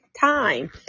time